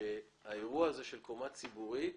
- האירוע הזה של קומה ציבורית